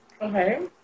Okay